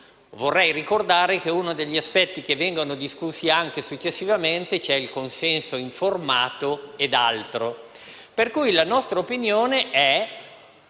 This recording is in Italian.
Vorrei ricordare che uno degli aspetti che verranno discussi successivamente è il consenso informato. Per cui, la nostra opinione è